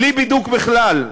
בלי בידוק בכלל,